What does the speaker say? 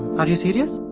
are you serious?